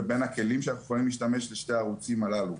ולבין הכלים שאנחנו יכולים להשתמש בשני הערוצים הללו.